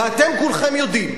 ואתם כולכם יודעים